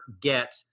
get